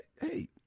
Hey